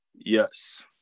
Yes